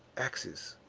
axes,